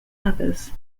others